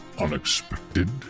unexpected